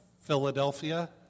Philadelphia